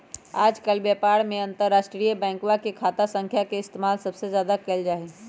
आजकल व्यापार में अंतर्राष्ट्रीय बैंकवा के खाता संख्या के इस्तेमाल सबसे ज्यादा कइल जाहई